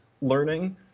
learning